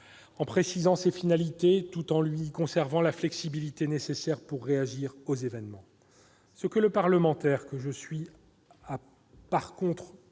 en précisant ses finalités, tout en lui conservant la flexibilité nécessaire pour réagir aux événements. Comme parlementaire, j'ai, en revanche,